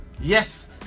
Yes